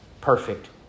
perfect